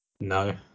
no